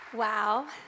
Wow